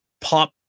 pop